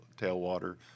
tailwater